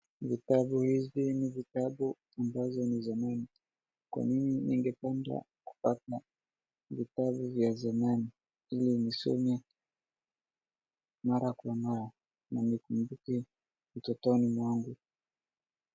Vitabu hizi ni vitabu ambazo ni zamani, kwa nini ningependa kupata vitabu vya zamani ili nisome mara kwa mara na nikumbuke utotoni mwangu.